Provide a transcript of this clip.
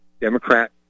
Democrat